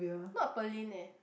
not Pearlyn leh